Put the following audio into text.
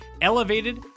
elevated